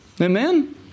Amen